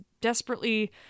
desperately